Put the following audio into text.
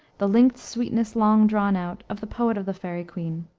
the linked sweetness long drawn out of the poet of the faery queene.